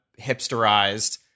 hipsterized